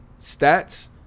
stats